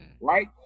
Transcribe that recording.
Right